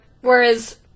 whereas